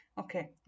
Okay